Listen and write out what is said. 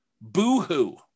Boo-hoo